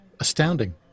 astounding